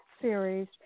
series